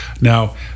Now